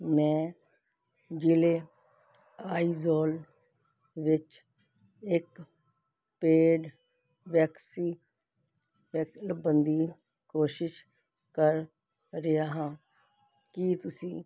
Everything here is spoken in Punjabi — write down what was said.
ਮੈਂ ਜ਼ਿਲ੍ਹੇ ਆਈਜ਼ੌਲ ਵਿੱਚ ਇੱਕ ਪੇਡ ਵੈਕਸੀਨ ਲੱਭਣ ਦੀ ਕੋਸ਼ਿਸ਼ ਕਰ ਰਿਹਾ ਹਾਂ ਕੀ ਤੁਸੀਂ